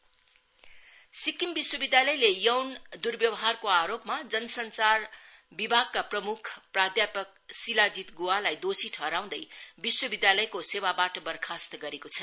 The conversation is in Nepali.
एस य् र्टमिनेसन सिक्किम विश्वविध्दयालयले यौन द्व्यवहारको आरोपमा जनसंचार विभागका प्रम्ख प्राध्यापक सिलाजीत ग्हालाई दोषी ठहराउँदै विश्वविद्यालयको सेवाबाट बर्खास्त गरेको छ